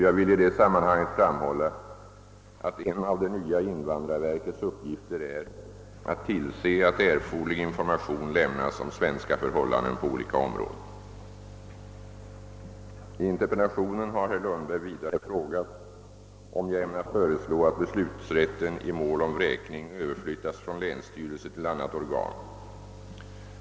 Jag vill i det sammanhanget framhålla att en av det nya invandrarverkets uppgifter är att tillse att erforderlig information lämnas om svenska förhållanden på olika områden. I interpellationen har herr Lundberg vidare frågat om jag ämnar föreslå att beslutsrätten i mål om vräkning överflyttas från länsstyrelse till annat organ.